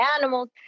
animals